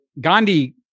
Gandhi